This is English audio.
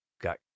got